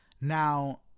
now